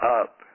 up